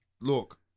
Look